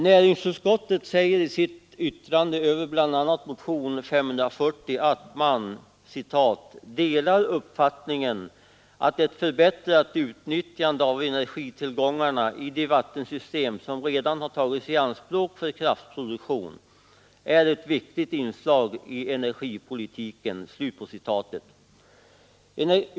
Näringsutskottet säger i sitt yttrande över bl.a. motionen 540 att man ”delar uppfattningen att ett förbättrat utnyttjande av energitillgångarna i de vattensystem som redan har tagits i anspråk för kraftproduktion är ett viktigt inslag i energipolitiken”.